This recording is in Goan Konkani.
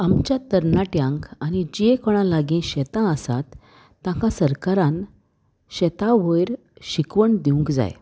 आमच्या तरणाट्यांक आनी जी कोणा लागीं शेतां आसात तांकां सरकारान शेतां वयर शिकवण दिवंक जाय